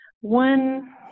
one